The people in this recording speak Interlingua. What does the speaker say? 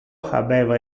habeva